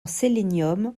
sélénium